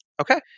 Okay